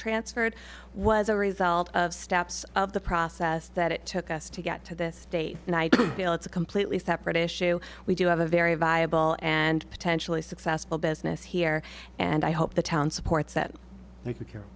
transferred was a result of steps of the process that it took us to get to this state and i feel it's a completely separate issue we do have a very viable and potentially successful business here and i hope the town supports that